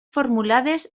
formulades